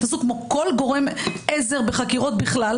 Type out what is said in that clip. הזו כמו כל גורם עזר בחקירות בכלל,